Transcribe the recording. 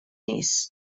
nies